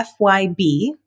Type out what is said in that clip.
FYB